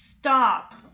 Stop